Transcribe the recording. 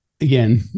again